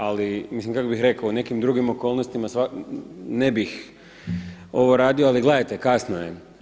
Ali mislim kako bih rekao u nekim drugim okolnostima ne bih ovo radio, ali gledajte kasno je.